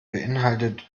beeinhaltet